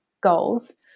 goals